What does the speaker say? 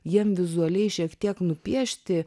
jiem vizualiai šiek tiek nupiešti